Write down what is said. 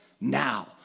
now